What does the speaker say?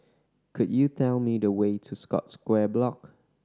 could you tell me the way to Scotts Square Block